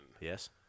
Yes